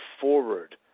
forward